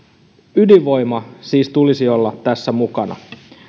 ydinvoima siis tulisi olla tässä mukana